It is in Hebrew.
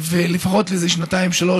לפחות שנתיים-שלוש,